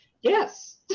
Yes